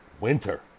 Winter